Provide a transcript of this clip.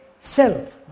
self